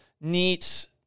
Neat